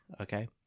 Okay